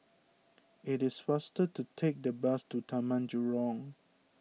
it is faster to take the bus to Taman Jurong